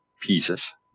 pieces